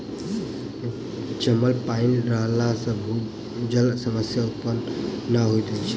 जमल पाइन रहला सॅ भूजलक समस्या उत्पन्न नै होइत अछि